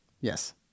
yes